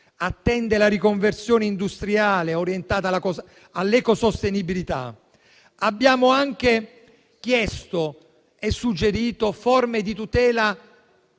attende la riconversione industriale orientata all'ecosostenibilità. Abbiamo anche chiesto e suggerito forme di tutela